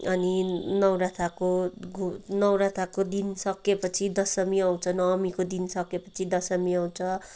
अनि नौरथाको घु नौरथाको दिन सकेपछि दशमी आउँछ नवमीको दिन सकेपछि दशमी आउँछ